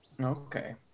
Okay